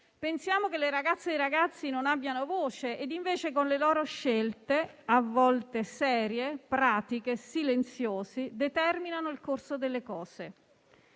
Pensiamo che le ragazze e i ragazzi non abbiano voce, invece con le loro scelte, a volte serie, pratiche, silenziose, determinano il corso delle cose.